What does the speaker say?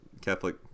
Catholic